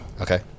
Okay